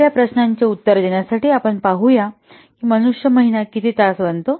तर या प्रश्नाचे उत्तर देण्यासाठी आपण पाहूया की मनुष्य महिना किती तास बनतो